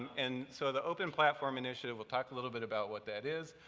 and so the open platform initiative, we'll talk a little bit about what that is.